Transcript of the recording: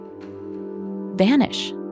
vanish